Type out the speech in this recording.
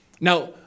Now